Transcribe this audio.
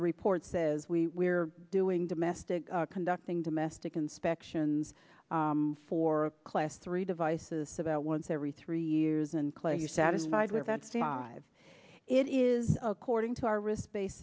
the report says we are doing domestic conducting domestic inspections for class three devices about once every three years and clay you're satisfied with that five it is according to our risk bas